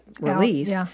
released